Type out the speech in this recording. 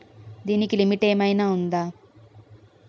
దీనికి లిమిట్ ఆమైనా ఉందా?